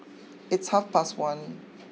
its half past one